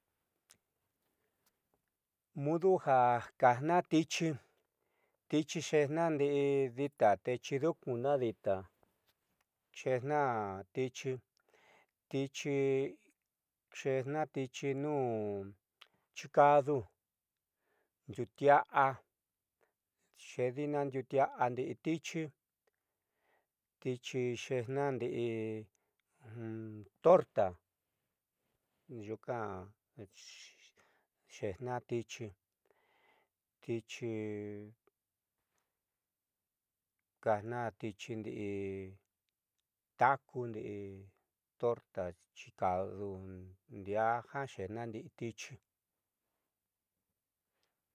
Mudu ja kaajna tichi tichi xeejna ndii dita chiidu'ukuna dita xeejna tichi tichi xeejna tichi nuun chikadu ndiuutiaa xeedina ndiuutiaá ndii tichi tichi xeejna ndi'i torta yuunka xeejna tichi tichi kajna tichi ndii taco, tarta, chicadu ndiaa jiaa xeejna ndi'i tichi.